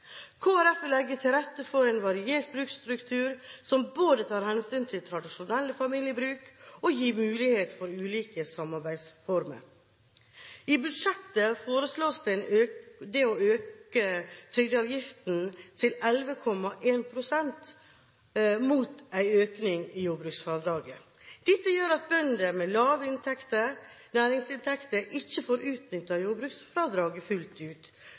vil legge til rette for en variert bruksstruktur som både tar hensyn til tradisjonelle familiebruk og gir mulighet for ulike samarbeidsformer. I budsjettet forslås det å øke trygdeavgiften til 11,1 pst. mot en økning i jordbruksfradraget. Dette gjør at bønder med lave næringsinntekter ikke får utnyttet jordbruksfradraget fullt ut,